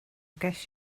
guess